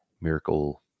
miracle